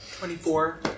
Twenty-four